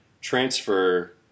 transfer